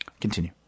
Continue